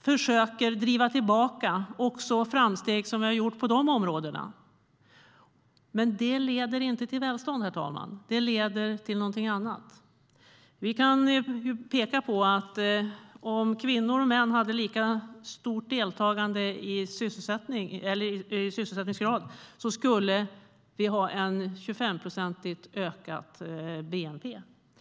försöker driva tillbaka också framsteg som vi gjort på de områdena. Herr talman! Det leder inte till välstånd. Det leder till någonting annat. Vi kan peka på att om kvinnor och män hade lika stor sysselsättningsgrad skulle vi ha en 25-procentigt ökad bnp.